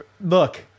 Look